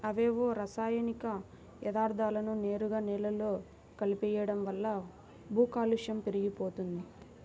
అవేవో రసాయనిక యర్థాలను నేరుగా నేలలో కలిపెయ్యడం వల్ల భూకాలుష్యం పెరిగిపోతంది